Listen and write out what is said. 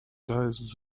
ties